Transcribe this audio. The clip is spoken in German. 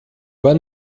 war